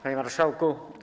Panie Marszałku!